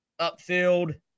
upfield